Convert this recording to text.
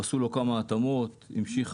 עשו לו כמה התאמות.